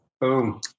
Boom